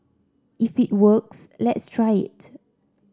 if it works let's try it